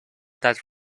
that